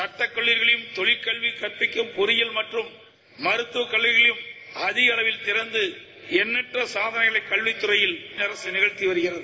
சட்டக்கல்லூரிகளையும் தொழிற் கல்வி கற்பிக்கும் பொறியியல் கல்லூரி மற்றும் மருத்துவக் கல்லூரிகளையும் அதிக அளவில் திறந்து எண்ணற்ற சாதனைகளை கல்வித்துறையில் அரசு நிகழ்த்தி வருகிறது